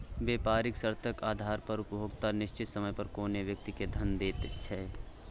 बेपारिक शर्तेक आधार पर उपभोक्ता निश्चित समय पर कोनो व्यक्ति केँ धन दैत छै